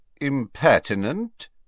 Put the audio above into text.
Impertinent